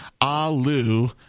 Alu